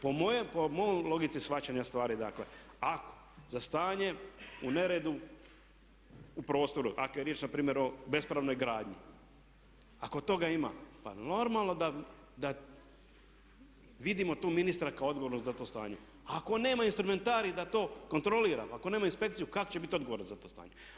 Po mojoj logici shvaćanja stvari dakle, ako za stanje u neredu u prostoru, ako je riječ npr. o bespravnoj gradnji, ako toga ima, pa normalno da vidimo tu ministra kao odgovornog za to stanje, ako nema, instrumentari da to kontroliraju, ako nema inspekciju, kako će to biti odgovaran za to stanje.